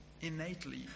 innately